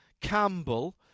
Campbell